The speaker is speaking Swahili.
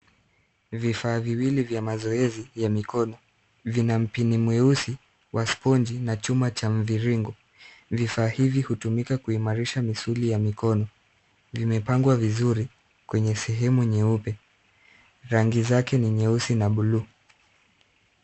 Vifaa viwili vya mazoezi ya mikono vina mpini mweusi wa spongi na chuma cha mviringo. Vifaa hivi hutumika kuimarisha misuli ya mikono. Vimepangwa vizuri kwenye sehemu nyeupe. Rangi zake ni nyeusi na buluu.